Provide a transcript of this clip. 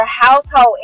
household